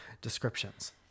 descriptions